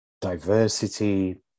diversity